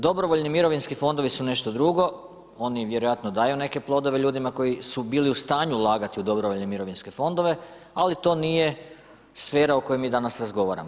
Dobrovoljni mirovinski fondovi su nešto drugo, oni vjerojatno daju neke plodove ljudima koji su bili u stanju ulagati u dobrovoljne mirovinske fondove ali to nije sfera o kojoj mi danas razgovaramo.